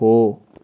हो